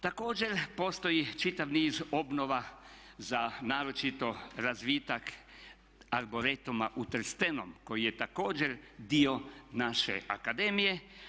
Također postoji čitav niz obnova za naročito razvitak arboretuma u Trstenom koji je također dio naše akademije.